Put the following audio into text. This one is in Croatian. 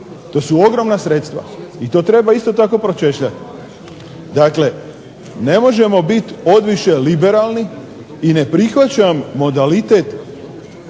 To su ogromna sredstva i to treba isto tako pročešljat. Dakle, ne možemo biti odviše liberalni i ne prihvaćam modalitet